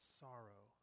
sorrow